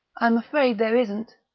i'm afraid there isn't,